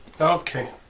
Okay